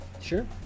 Sure